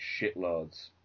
shitloads